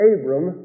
Abram